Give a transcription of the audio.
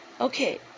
Okay